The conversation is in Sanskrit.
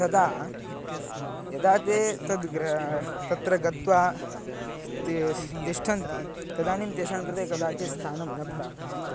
तदा यदा ते तद् ग्रामं तत्र गत्वा स्थिताः तिष्ठन्ति तदानीं तेषाङ्कृते कदाचित् स्थानं न प्राप्तुयात्